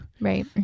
Right